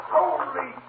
Holy